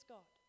God